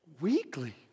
weekly